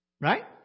Right